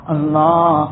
Allah